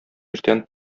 иртән